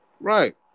Right